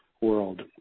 world